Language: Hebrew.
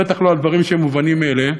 בטח לא על דברים שהם מובנים מאליהם,